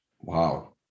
wow